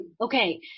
Okay